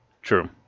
True